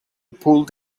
pulled